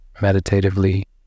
meditatively